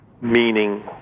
meaning